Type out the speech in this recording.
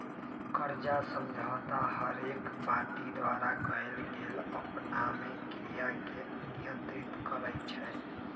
कर्जा समझौता हरेक पार्टी द्वारा कएल गेल आपनामे क्रिया के नियंत्रित करई छै